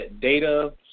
data